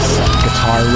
Guitar